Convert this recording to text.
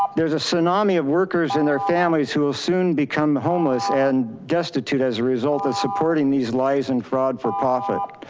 there's a tsunami of workers and their families who will soon become homeless and destitute as a result of supporting these lies and fraud for profit.